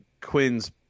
quinn's